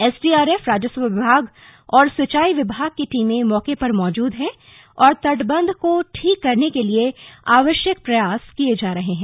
SDRF राजस्व विभाग और सिंचाई विभाग की टीमें मौके पर मौजूद हैं और तटबंध को ठीक करने के लिए आवश्यक प्रयास किए जा रहे हैं